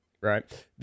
Right